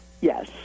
yes